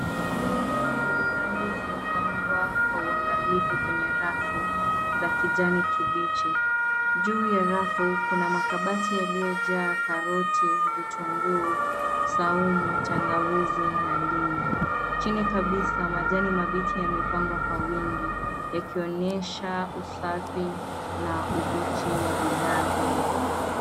Mboga mbalimbali zimepangwa kwa uangalifu kwenye rafu za kijani kibichi. Juu ya rafu kuna makabati yaliyojaa karoti, vitunguu saumu, tangawizi na ndimu. Chini kabisa majani mabichi yamepangwa kwa wingi yakionyesha usafi na ubichi wa bidhaa hizo.